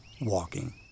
WALKING